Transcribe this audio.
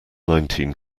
nineteen